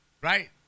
Right